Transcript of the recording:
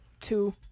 two